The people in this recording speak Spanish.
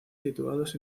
situados